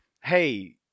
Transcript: hey